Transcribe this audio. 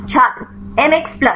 छात्र MX plus